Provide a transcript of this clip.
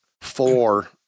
Four